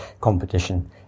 competition